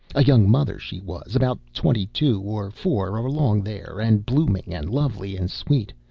a young mother she was, about twenty two or four, or along there and blooming and lovely and sweet?